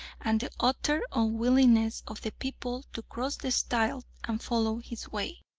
and the utter unwillingness of the people to cross the stile and follow his way.